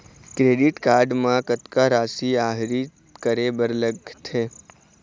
Credit card म कतक राशि आहरित करे बर लगथे?